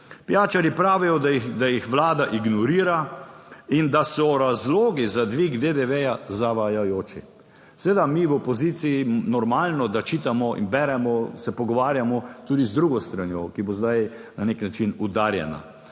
Pijačarji pravijo, da jih Vlada ignorira in da so razlogi za dvig DDV zavajajoči. Seveda mi v opoziciji, normalno, beremo in se pogovarjamo tudi z drugo stranjo, ki bo zdaj na nek način udarjena.